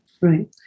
Right